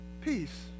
peace